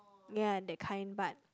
ya that kind but